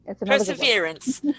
perseverance